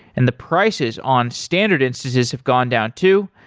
and the prices on standard instances have gone down too.